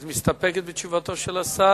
את מסתפקת בתשובתו של השר?